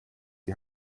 die